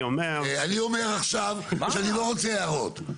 אני אומר עכשיו שאני לא רוצה הערות,